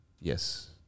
yes